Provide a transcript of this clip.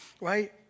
right